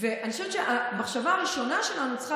אני חושבת שהמחשבה הראשונה שלנו צריכה